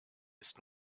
ist